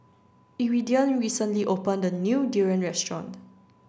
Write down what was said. Iridian recently opened a new durian Restaurant